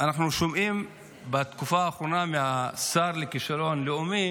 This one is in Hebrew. אנחנו שומעים בתקופה האחרונה מהשר לכישלון לאומי